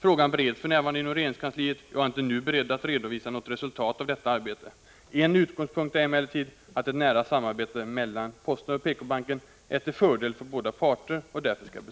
Frågan bereds för närvarande inom regeringskansliet, och jag är inte nu beredd att redovisa något resultat av detta arbete. En utgångspunkt är emellertid att ett nära samarbete mellan posten och PK-banken är till fördel för båda parter och därför skall bestå.